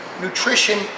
nutrition